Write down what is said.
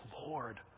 Lord